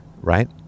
Right